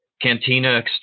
Cantina